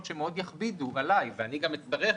שיכבידו מאוד עליי ואני גם אצטרך,